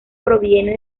proviene